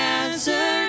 answer